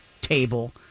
table